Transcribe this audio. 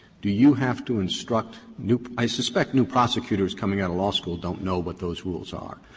do you have to instruct new i suspect new prosecutors coming out of law school don't know what those rules are.